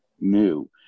new